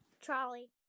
Trolley